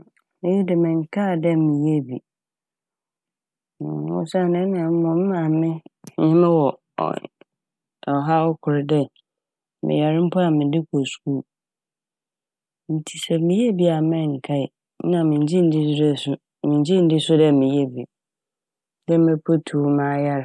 Iyi de mennkaa dɛ meyɛɛ bi osiandɛ nna mom maame nnye mowɔ ɔh - ɔhaw kor dɛ meyar mpo a mede kɔ skuul ntsi sɛ meyɛɛ bi a mennkae na minngye nndi do dɛ so - minngye nndi so dɛ meyɛɛ bi. Dɛ mepetuw mayar